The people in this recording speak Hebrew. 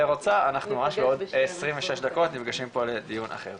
אנחנו בעוד 26 דקות נפגשים פה לדיון אחר.